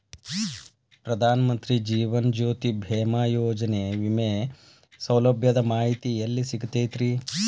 ಪ್ರಧಾನ ಮಂತ್ರಿ ಜೇವನ ಜ್ಯೋತಿ ಭೇಮಾಯೋಜನೆ ವಿಮೆ ಸೌಲಭ್ಯದ ಮಾಹಿತಿ ಎಲ್ಲಿ ಸಿಗತೈತ್ರಿ?